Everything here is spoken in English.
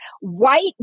White